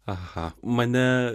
aha mane